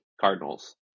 Cardinals